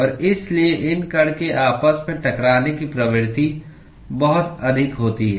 और इसलिए इन कण के आपस में टकराने की प्रवृत्ति बहुत अधिक होती है